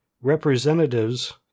representatives